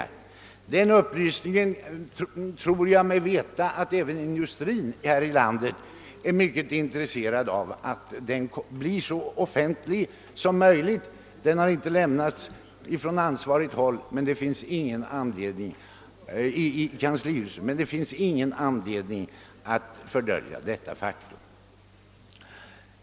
Jag tror mig veta att även industrin här i landet är mycket intresserad av att den upplysningen lämnas offentligt; den har ännu inte givits från ansvarigt håll, men det finns ingen anledning att dölja detta faktum.